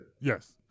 Yes